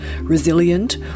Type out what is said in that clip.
resilient